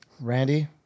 Randy